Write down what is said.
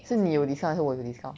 是你有 discount 还是我有 discount